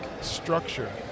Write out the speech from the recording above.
structure